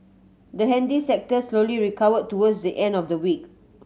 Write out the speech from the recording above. the handy sector slowly recovered towards the end of the week